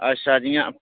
अच्छा जियां